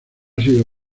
sido